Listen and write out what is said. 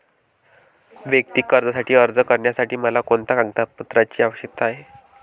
वैयक्तिक कर्जासाठी अर्ज करण्यासाठी मला कोणत्या कागदपत्रांची आवश्यकता आहे?